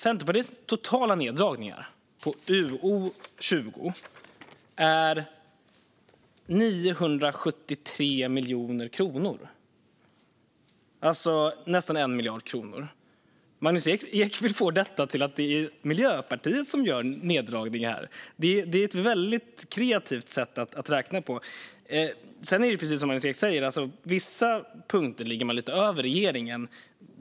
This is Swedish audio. Centerpartiets totala neddragningar på UO 20 är 973 miljoner kronor, alltså nästan 1 miljard kronor. Magnus Ek vill få detta till att det är Miljöpartiet som gör neddragningar här. Det är ett väldigt kreativt sätt att räkna på. Sedan är det precis som Magnus Ek säger: På vissa punkter ligger man lite över regeringen.